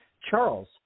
Charles